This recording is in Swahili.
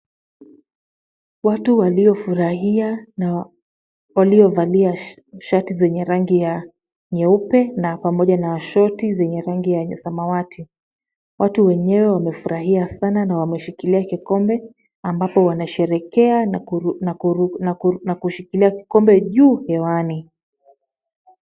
Watu waliofurahia na waliovalia shati zenye rangi ya nyeupe na pamoja na shoti zenye rangi ya samawati. Watu wenyewe wamefurahia sana na wameshikilia kikombe ambapo wanasherehekea na kushikilia kikombe juu hewani.